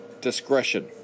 discretion